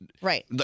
right